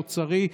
האוצרי,